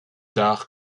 tard